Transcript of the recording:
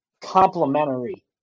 complementary